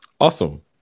Awesome